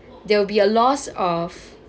there will be a loss of